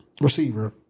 receiver